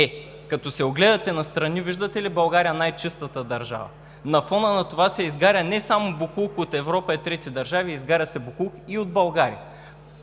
Е, като се огледате настрани, виждате ли България най-чистата държава? На фона на това се изгаря не само боклук от Европа и трети държави, изгаря се боклук и от България.